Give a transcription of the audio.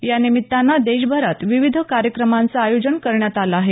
या निमित्तानं देशभरात विविध कार्यक्रमांचं आयोजन करण्यात आलं आहे